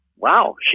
wow